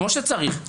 כמו שצריך,